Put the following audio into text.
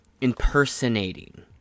impersonating